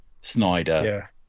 Snyder